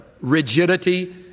Rigidity